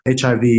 HIV